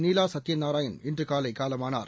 Neela Sathyanarayan இன்றுகாலைகாலமானார்